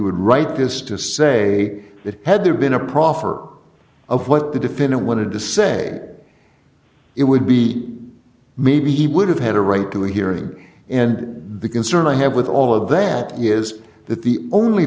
would write this to say that had there been a proffer of what the definit wanted to say it would be maybe he would have had a right to a hearing and the concern i have with all of that is that the only